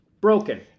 broken